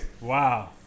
Wow